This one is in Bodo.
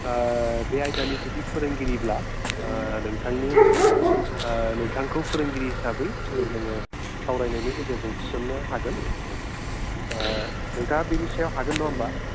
बे आयदानि जुदि फोरोंगिरिब्ला नोंथांनि नोंथांखौ फोरोंगिरि हिसाबै जोङो सावरायनायनि गेजेरजों थिसननो हागोन दा नोंथाङा बेनि सायाव हागोन नङा होनबा